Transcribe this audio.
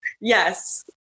Yes